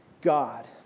God